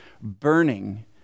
burning